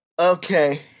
Okay